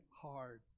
hard